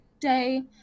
day